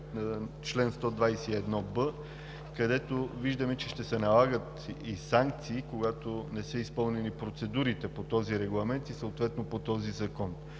чл. 121б, където виждаме, че ще се налагат и санкции, когато не са изпълнени процедурите по този регламент и съответно по този закон.